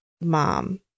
mom